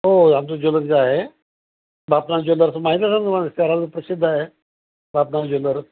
हो आमचं ज्वेलरच आहे बापना ज्वेलर माहिती असेल ना तुम्हाला शहरात प्रसिद्ध आहे बापना ज्वेलर